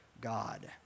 God